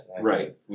Right